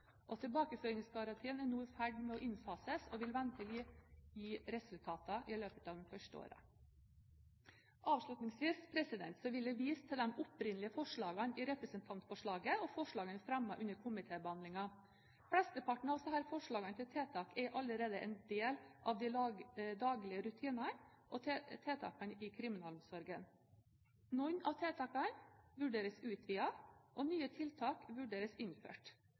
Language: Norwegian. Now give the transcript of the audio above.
Tilbakeføringsgarantien er nå i ferd med å innfases og vil ventelig gi resultater i løpet av de første årene. Avslutningsvis vil jeg vise til de opprinnelige forslagene i representantforslaget og forslagene fremmet under komitébehandlingen. Flesteparten av disse forslagene til tiltak er allerede en del av de daglige rutinene og tiltakene i kriminalomsorgen. Noen av tiltakene vurderes utvidet og nye tiltak vurderes innført,